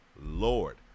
Lord